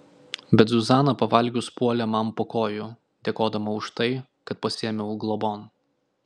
bet zuzana pavalgius puolė man po kojų dėkodama už tai kad pasiėmiau globon